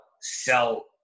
sell